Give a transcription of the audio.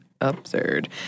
Absurd